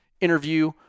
interview